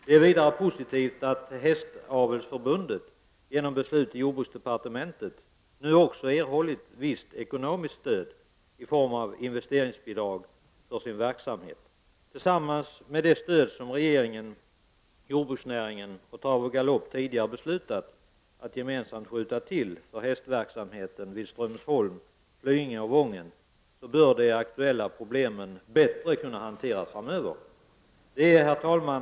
Det är vidare positivt att Hästavelsförbundet genom beslut i jordbruksdepartementet nu också erhållit visst ekonomiskt stöd för sin verksamhet i form av investeringsbidrag. Tillsammans med det stöd som regeringen, jordbruksnäringen och Trav och Galopp tidigare beslutat att gemensamt skjuta till för hästverksamheten vid Strömsholm, Flyinge och Wången bör de aktuella problemen kunna hanteras bättre framöver. Herr talman!